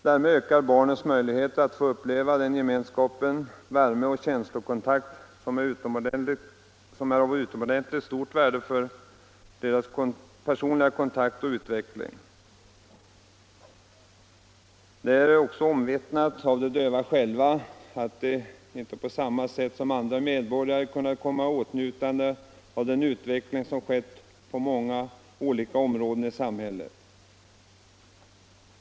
Därmed ökar barnens möjligheter att få uppleva en gemenskap, värme och känslokontakt som är av utomordentligt stort värde för deras personliga utveckling. Det är omvittnat av de döva själva att de inte på samma sätt som andra medborgare kunnat komma i åtnjutande av den utveckling som skett på många olika områden i samhället.